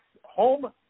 home